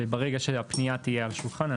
וברגע שהפנייה תהיה על השולחן,